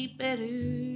better